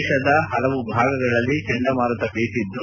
ದೇಶದ ಹಲವಾರು ಭಾಗಗಳಲ್ಲಿ ಚಂಡಮಾರುತ ಬೀಸಿದ್ದು